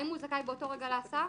האם הוא זכאי באותו רגע להסעה?